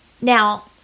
Now